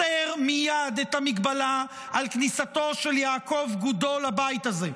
הסר מייד את המגבלה על כניסתו של יעקב גודו לבית הזה.